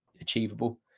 achievable